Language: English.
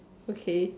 okay